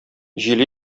җил